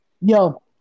Yo